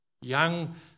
Young